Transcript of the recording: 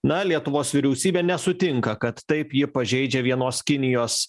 na lietuvos vyriausybė nesutinka kad taip jie pažeidžia vienos kinijos